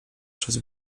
przez